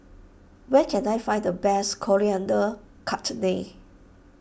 where can I find the best Coriander Chutney